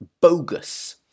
bogus